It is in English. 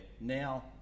now